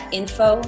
info